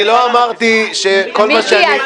אני לא אמרתי -- מיקי,